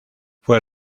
fue